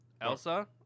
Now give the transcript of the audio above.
Elsa